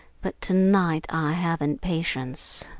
but to-night i haven't patience.